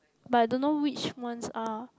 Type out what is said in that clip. but I don't know which ones are